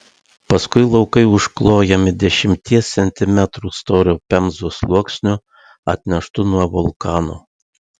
paskui laukai užklojami dešimties centimetrų storio pemzos sluoksniu atneštu nuo vulkano